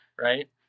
Right